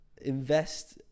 invest